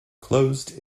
closed